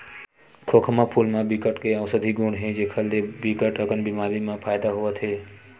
खोखमा फूल म बिकट के अउसधी गुन हे जेखर ले बिकट अकन बेमारी म फायदा होथे